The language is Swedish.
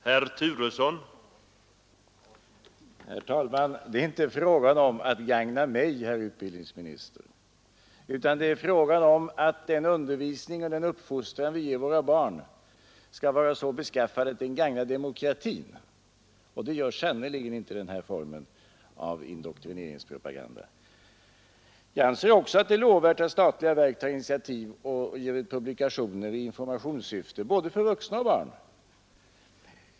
Herr talman! Det är inte frågan om att gagna mig, herr utbildningsminister, utan vad det gäller är att den undervisning och uppfostran som vi ger våra barn skall vara så beskaffad att den gagnar demokratin. Det gör sannerligen inte den här formen av indoktrineringspropaganda. Jag anser också att det är lovvärt att statliga verk tar initiativ och ger ut publikationer i informationssyfte både för vuxna och för barn.